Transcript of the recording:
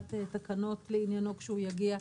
בהעברת תקנות לעניינו כשהוא יגיע,